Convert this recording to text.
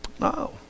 No